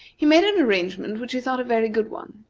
he made an arrangement which he thought a very good one.